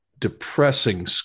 Depressing